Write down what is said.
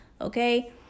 okay